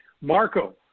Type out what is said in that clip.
Marco